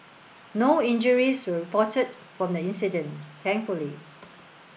no injuries were reported from the incident thankfully